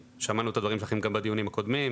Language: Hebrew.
שמענו את הדברים שלכם גם בדיונים הקודמים.